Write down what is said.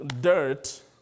dirt